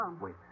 Wait